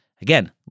Again